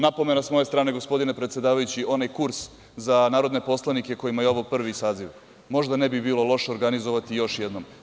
Napomena s moje strane, gospodine predsedavajući, onaj kurs za narodne poslanike kojima je ovo prvi saziv možda ne bi bilo loše organizovati još jednom.